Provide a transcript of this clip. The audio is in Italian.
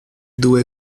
due